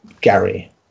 Gary